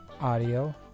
Audio